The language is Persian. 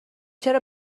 چرا